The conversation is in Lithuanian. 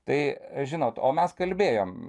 tai žinot o mes kalbėjom